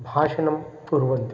भाषणं कुर्वन्ति